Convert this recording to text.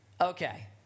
Okay